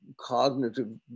cognitive